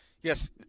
yes